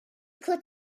could